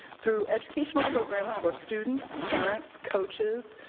through educational programs for students, parents, coaches,